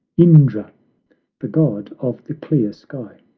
indra the god of the clear sky.